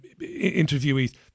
interviewees